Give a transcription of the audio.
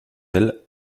elle